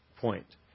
Point